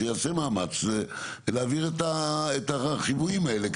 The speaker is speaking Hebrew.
שייעשה מאמץ להעביר את החיוויים האלה,